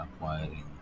acquiring